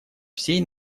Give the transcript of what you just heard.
всей